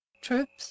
troops